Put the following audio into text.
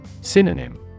Synonym